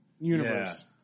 universe